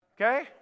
Okay